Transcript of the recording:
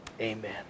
Amen